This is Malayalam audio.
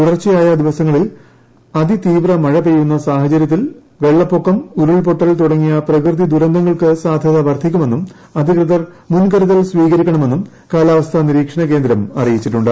തുടർച്ചയായ ദിവസങ്ങളിൽ അതിതീവ്ര മഴ പെയ്യുന്ന സാഹചര്യത്തിൽ വെളളപൊക്കം ഉരുൾപൊട്ടൽ തുടങ്ങിയ പ്രകൃതിദുരന്തങ്ങൾക്കു സാധ്യത വർധിക്കുമെന്നും അധികൃതർ മുൻകരുതൽ സ്വീകരിക്കണമെന്നും കാലാവസ്ഥ നിരീക്ഷണകേന്ദ്രം അറിയിച്ചിട്ടുണ്ട്